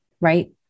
right